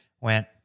went